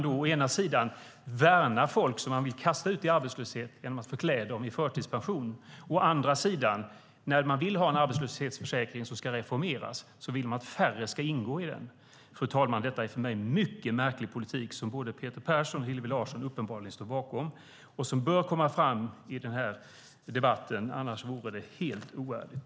Å ena sidan "värnar" man folk som man vill kasta ut i arbetslöshet genom att förklä dem i förtidspension, å andra sidan vill man att arbetslöshetsförsäkringen ska reformeras genom att färre ska ingå i den. Fru talman! Detta är för mig en mycket märklig politik som både Peter Persson och Hillevi Larsson uppenbarligen står bakom och som bör komma fram i den här debatten; annars vore det helt oärligt.